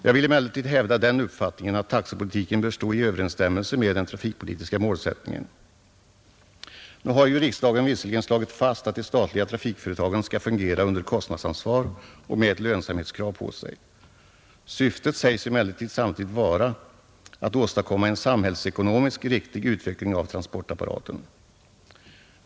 Jag vill emellertid hävda den uppfattningen att taxepolitiken bör stå i överensstämmelse med den trafikpolitiska målsättningen. Nu har riksdagen visserligen slagit fast att de statliga trafikföretagen skall fungera under kostnadsansvar och med ett lönsamhetskrav på sig, men samtidigt sägs syftet vara att åstadkomma en samhällsekonomiskt riktig utveckling av transportapparaten.